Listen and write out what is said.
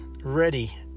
Ready